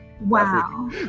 Wow